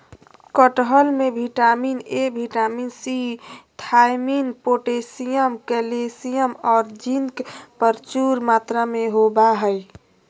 कटहल में vitamin A, vitamin C, thiamine, potassium, calcium औरो जिंक प्रचुर मात्रा में होबा हइ